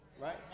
right